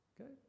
Okay